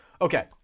Okay